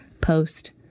post